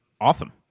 Awesome